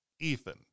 Ethan